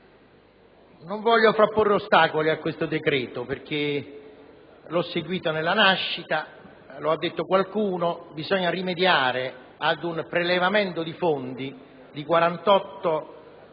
Non voglio frapporre ostacoli a questo decreto, perché l'ho seguito dalla nascita. Come è stato rilevato, bisogna rimediare ad un prelevamento di fondi di 48,8